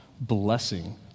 blessing